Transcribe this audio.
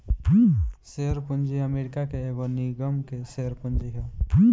share पूंजी America के एगो निगम के शेयर पूंजी ह